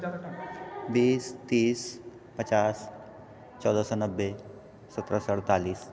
बीस तीस पचास चौदह सए नबे सत्रह सए अठतालीस